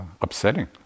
upsetting